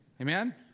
Amen